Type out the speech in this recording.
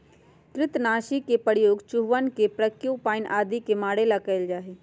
कृन्तकनाशी के प्रयोग चूहवन प्रोक्यूपाइन आदि के मारे ला कइल जा हई